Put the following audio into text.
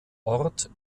ort